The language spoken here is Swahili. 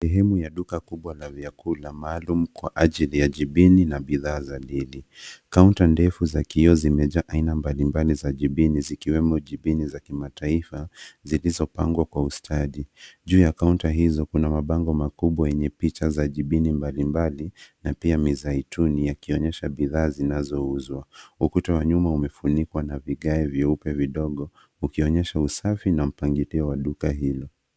Sehemu ya duka kubwa la vyakula maalum kwa ajili ya jibini na bidhaa za deli . Kaunta ndefu za kioo zimejaa aina mbalimbali za jibini zikiwemo jibini za kimataifa zilizopangwa kwa ustadi. Juu ya kaunta hizo kuna mabango makubwa yenye picha za jibini mbalimbali na pia mizaituni yakionyesha bidhaa zinazouzwa. Ukuta wa nyuma umefunikwa na vigae vyeupe vidogo, ukionyesha usafi na mpangilio wa...